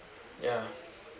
ya